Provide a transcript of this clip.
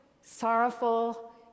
sorrowful